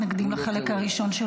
למה מתנגדים לחלק הראשון,